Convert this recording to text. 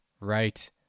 Right